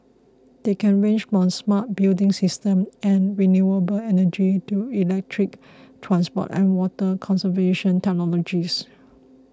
they can range from smart building systems and renewable energy to electric transport and water conservation technologies